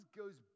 goes